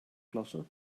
klasse